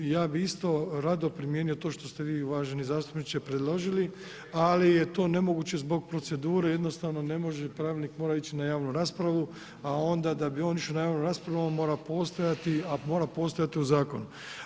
Ja bi isto rado primijenio to što stre vi uvaženi zastupniče, predložili ali je to nemoguće zbog procedura, jednostavno pravilnik mora ići na javnu raspravu a onda da bi on išao na javnu raspravu, mora postojati a mora postajati u zakonu.